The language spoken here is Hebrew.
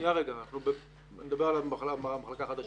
שנייה רגע, אני מדבר על המחלקה החדשה.